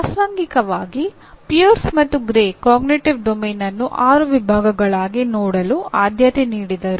ಪ್ರಾಸಂಗಿಕವಾಗಿ Peirce ಮತ್ತು Gray ಅರಿವಿನ ಕಾರ್ಯಕ್ಷೇತ್ರವನ್ನು ಆರು ವಿಭಾಗಗಳಾಗಿ ನೋಡಲು ಆದ್ಯತೆ ನೀಡಿದರು